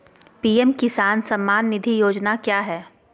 PM किसान सम्मान निधि योजना क्या है?